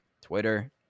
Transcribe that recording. Twitter